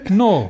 no